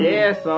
Yes